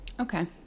Okay